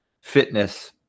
fitness